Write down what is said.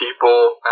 people